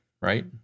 right